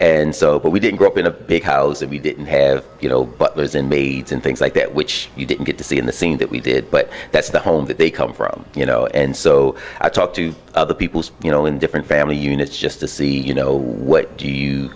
and so but we didn't grow up in a big house that we didn't have you know but there's inmates and things like that which you didn't get to see in the scene that we did but that's the home that they come from you know and so i talked to other people you know in different family units just to see you know what do you